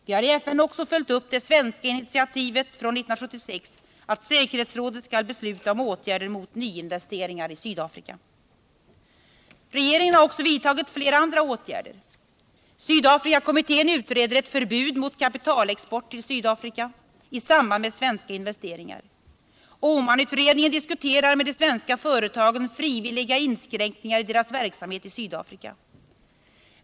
Vi har i FN också följt upp det svenska initiativet från 1976 att säkerhetsrådet skall besluta om åtgärder mot nyinvesteringar i Sydafrika. Regeringen har också vidtagit flera andra åtgärder: Sydafrikakommittén utreder ett förbud mot kapitalexport till Sydafrika i samband med svenska nyinvesteringar. Åmanutredningen diskuterar med de svenska företagen frivilliga inskränkningar i deras verksamhet i Sydafrika.